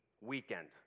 weekend